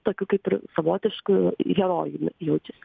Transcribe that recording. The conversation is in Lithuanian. tokių kaip ir savotišku herojumi jaučiasi